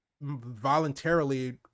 voluntarily